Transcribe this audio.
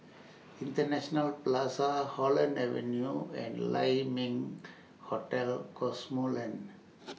International Plaza Holland Avenue and Lai Ming Hotel Cosmoland